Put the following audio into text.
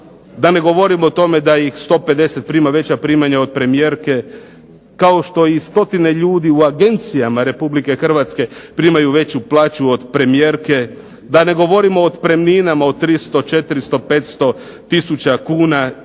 da ne govorim o tome da ih 150 prima veća primanja od premijerka, kao što i stotine ljudi u agencijama Republike Hrvatske primaju veću plaću od premijerke, da ne govorimo o otpremninama od 300, 400, 500 tisuća kuna